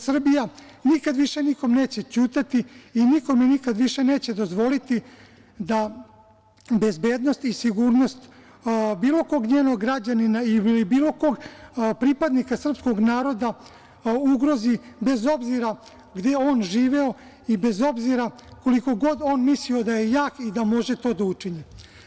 Srbija nikad više nikom neće ćutati, nikome više nikada neće dozvoliti da bezbednost i sigurnost bilo kog njenog građanina ili bilo kog pripadnika srpskog naroda ugrozi, bez obzira gde on živeo i bez obzira koliko god on mislio da je jak i da može to da učini.